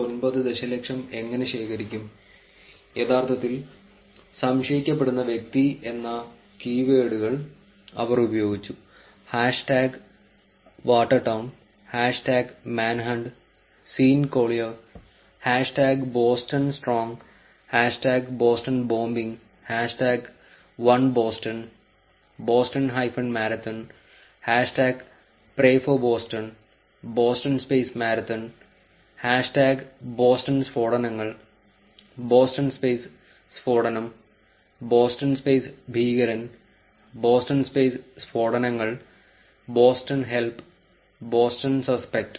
9 ദശലക്ഷം എങ്ങനെ ശേഖരിക്കും യഥാർത്ഥത്തിൽ സംശയിക്കപ്പെടുന്ന വ്യക്തി എന്ന കീവേഡുകൾ അവർ ഉപയോഗിച്ചുഹാഷ് tag Watertown hash tag manhunt Sean Collier hash tag Boston strong hash tag Boston bombing hash tag one Boston Boston hyphen marathon hash tag pray for Boston Boston space marathon hash tag ബോസ്റ്റൺസ്ഫോടനങ്ങൾ ബോസ്റ്റൺ സ്പേസ് സ്ഫോടനം ബോസ്റ്റൺ സ്പേസ് ഭീകരൻ Boston space സ്ഫോടനങ്ങൾ Boston help Boston suspect